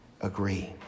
agree